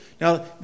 Now